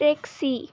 taxi